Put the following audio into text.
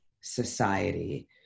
society